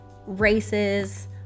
races